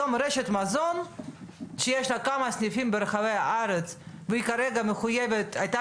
היום רשת מזון שיש לה כמה סניפים ברחבי הארץ והיא הייתה מחויבת